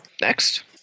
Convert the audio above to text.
Next